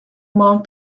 mount